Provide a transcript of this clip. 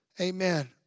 Amen